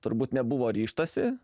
turbūt nebuvo ryžtasi